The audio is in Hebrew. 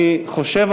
אני חושב,